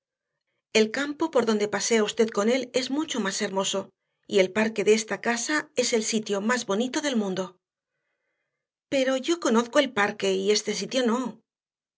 el campo por donde pasea usted con él es mucho más hermoso y el parque de esta casa es el sitio más bonito del mundo pero yo conozco el parque y ese sitio no